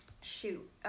shoot